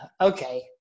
okay